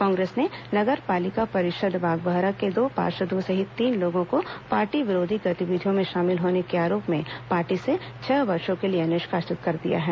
कांग्रेस ने नगर पालिका परिषद बागबाहरा के दो पार्षदों सहित तीन लोगों को पार्टी विरोधी गतिविधियों में शामिल होने के आरोप में पार्टी से छह वर्ष के लिए निष्कासित कर दिया है